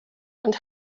and